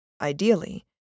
ideally